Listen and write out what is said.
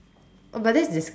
oh but that is disgusting